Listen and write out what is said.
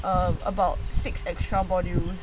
um about six extra volumes